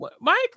Mike